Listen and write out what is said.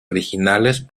originales